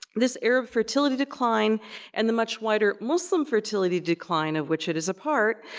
this arab fertility decline and the much wider muslim fertility decline, of which it is a part,